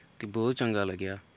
ते बहुत चंगा लग्गा